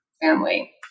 family